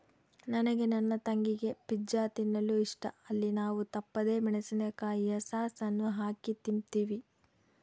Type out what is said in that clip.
ನನಗೆ ನನ್ನ ತಂಗಿಗೆ ಪಿಜ್ಜಾ ತಿನ್ನಲು ಇಷ್ಟ, ಅಲ್ಲಿ ನಾವು ತಪ್ಪದೆ ಮೆಣಿಸಿನಕಾಯಿಯ ಸಾಸ್ ಅನ್ನು ಹಾಕಿ ತಿಂಬ್ತೀವಿ